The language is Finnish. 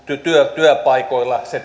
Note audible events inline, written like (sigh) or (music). työpaikoilla se (unintelligible)